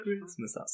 Christmas